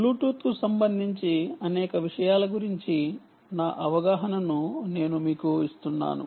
బ్లూటూత్కు సంబంధించి అనేక విషయాల గురించి నా అవగాహనను నేను మీకు ఇస్తున్నాను